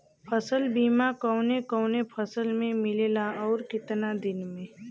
फ़सल बीमा कवने कवने फसल में मिलेला अउर कितना दिन में?